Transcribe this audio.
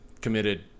committed